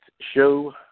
show